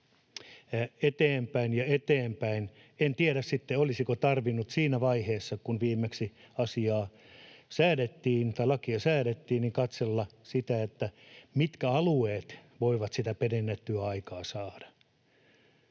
eteenpäin ja eteenpäin. En tiedä sitten, olisiko tarvinnut siinä vaiheessa, kun viimeksi lakia säädettiin, katsella sitä, mitkä alueet voivat sitä pidennettyä aikaa saada,